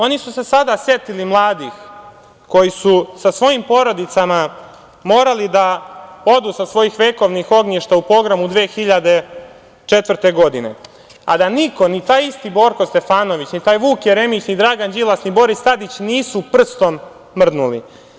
Oni su se sada setili mladih koji su sa svojim porodicama morali da odu sa svojih vekovnih ognjišta u pogromu 2004. godine, a da niko, ni taj isti Borko Stefanović, ni taj Vuk Jeremić, ni Dragan Đilas, ni Boris Tadić, nisu prstom mrdnuli.